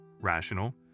Rational